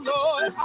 Lord